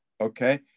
Okay